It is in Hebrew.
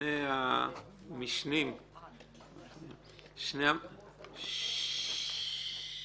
שני המשנים ליועץ המשפטי